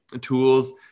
tools